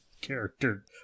character